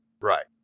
right